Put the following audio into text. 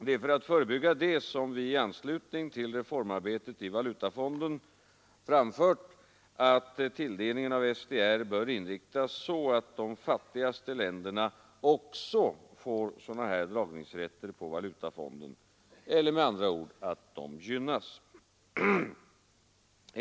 Det är för att förebygga detta som vi i anslutning till reformarbetet i valutafonden framhållit att tilldelningen av SDR bör inriktas så, att de fattigaste länderna också får sådana här dragningsrätter på valutafonden — eller med andra ord att de gynnas.